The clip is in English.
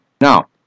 Now